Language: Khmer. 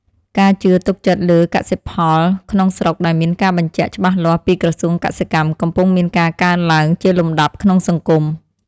ការជឿទុកចិត្តលើកសិផលក្នុងស្រុកដែលមានការបញ្ជាក់ច្បាស់លាស់ពីក្រសួងកសិកម្មកំពុងមានការកើនឡើងជាលំដាប់ក្នុងសង្គម។